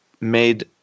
made